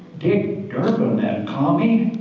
dick durban, that commie